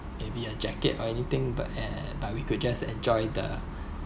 maybe a jacket or anything but eh but we could just enjoy the